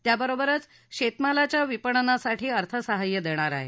त्याबरोबरच शेतमालाच्या विपणनासाठी अर्थसहाय्य देणार आहे